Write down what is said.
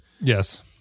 Yes